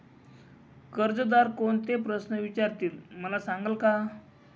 कर्जदार कोणते प्रश्न विचारतील, मला सांगाल का?